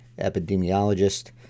epidemiologist